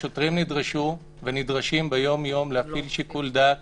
השוטרים נדרשו ונדרשים ביומיום להפעיל שיקול דעת